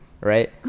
right